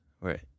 Right